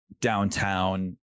downtown